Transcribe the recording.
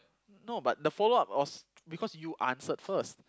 no but the follow up was because you answered first